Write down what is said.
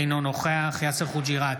אינו נוכח יאסר חוג'יראת,